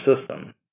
system